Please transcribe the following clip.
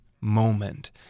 moment